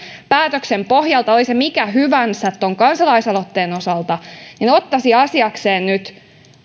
päätöksen pohjalta oli se mikä hyvänsä tuon kansalaisaloitteen osalta asiakseen